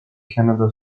canada